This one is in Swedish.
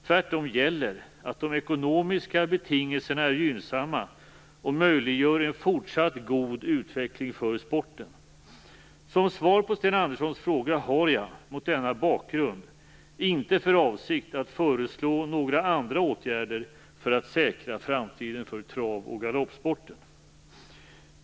Tvärtom gäller att de ekonomiska betingelserna är gynnsamma och möjliggör en fortsatt god utveckling för sporten. Som svar på Sten Anderssons fråga har jag, mot denna bakgrund, inte för avsikt att föreslå några andra åtgärder för att säkra framtiden för trav och galoppsporten.